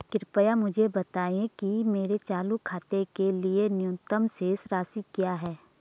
कृपया मुझे बताएं कि मेरे चालू खाते के लिए न्यूनतम शेष राशि क्या है?